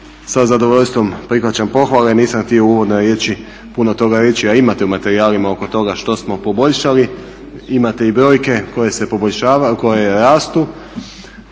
Sa zadovoljstvom prihvaćam pohvale, nisam htio u uvodnoj riječi puno toga reći a imate u materijalima oko toga što smo poboljšali, imate i brojke koje se poboljšavaju, koje rastu.